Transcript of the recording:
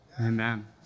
Amen